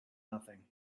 nothing